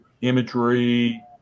imagery